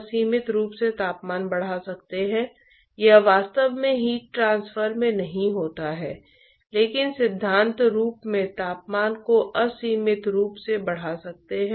हम द्रव यांत्रिकी पाठ्यक्रम में लामिना और अशांत प्रवाह की अवधारणा से पहले ही परिचित हो चुके हैं